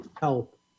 help